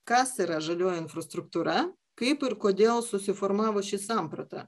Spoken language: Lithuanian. kas yra žalioji infrastruktūra kaip ir kodėl susiformavo ši samprata